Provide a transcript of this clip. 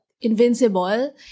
invincible